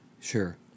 Sure